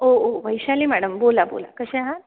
ओ ओ वैशाली मॅडम बोला बोला कशा आहात